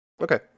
Okay